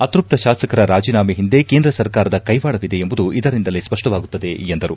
ಅತ್ಪಪ್ತ ಶಾಸಕರ ರಾಜೀನಾಮೆ ಹಿಂದೆ ಕೇಂದ್ರ ಸರ್ಕಾರದ ಕೈವಾಡವಿದೆ ಎಂಬುದು ಇದರಿಂದಲೇ ಸ್ಪಷ್ಟವಾಗುತ್ತದೆ ಎಂದರು